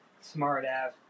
smart-ass